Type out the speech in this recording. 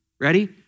ready